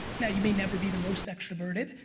now you may never be the most extroverted,